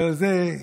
אבל זה,